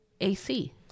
AC